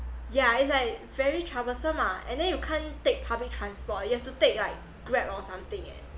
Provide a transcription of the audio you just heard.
yeah it's like very troublesome ah and then you can't take public transport you have to take like grab or something eh